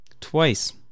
twice